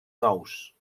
nous